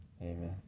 Amen